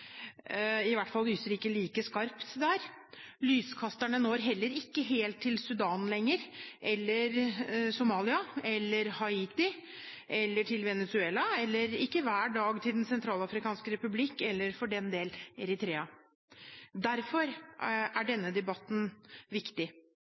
i hvert fall lyser det ikke like skarpt der. Lyskasterne når heller ikke helt til Sudan lenger, eller Somalia, Haiti eller Venezuela, og ikke hver dag til Den sentralafrikanske republikk eller for den del Eritrea. Derfor er